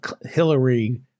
Hillary